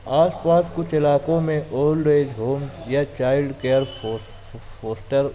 آس پاس کچھ علاقوں میں اولڈ ایج ہومس یا چائلڈ کئیرس فورس ہاسٹل